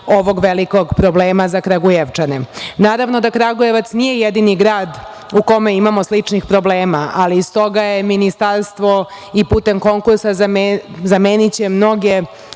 ovog velikog problema za Kragujevčane. Naravno da Kragujevac nije jedini grad u kome imamo sličnih problema, ali iz toga ministarstvo i putem konkursa zameniće mnoge